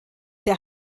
der